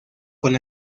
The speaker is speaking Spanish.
con